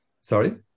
Sorry